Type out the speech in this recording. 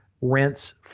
rents